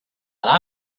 and